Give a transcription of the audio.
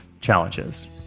challenges